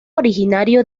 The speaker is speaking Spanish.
originario